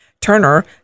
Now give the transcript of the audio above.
Turner